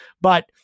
But-